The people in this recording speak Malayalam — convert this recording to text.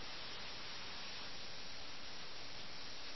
രാജ്യം പിടിച്ചടക്കിയ ഇംഗ്ലീഷ് ഈസ്റ്റ് ഇന്ത്യാ കമ്പനിയാണ് യഥാർത്ഥ ശത്രു